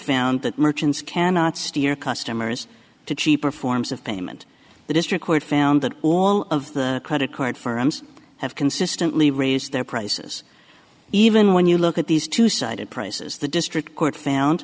found that merchants cannot steer customers to cheaper forms of payment the district court found that all of the credit card for ems have consistently raised their prices even when you look at these two sided prices the district court found